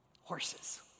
horses